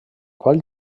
qual